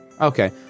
Okay